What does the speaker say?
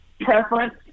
preference